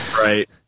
Right